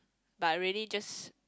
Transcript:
but really just